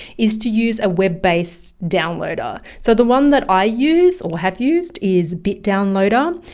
is to use a web based downloader. so the one that i use or have used is bitdownloader.